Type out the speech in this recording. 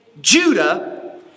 Judah